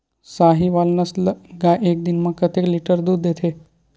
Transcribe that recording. साहीवल नस्ल गाय एक दिन म कतेक लीटर दूध देथे?